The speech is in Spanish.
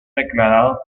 declarados